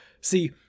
See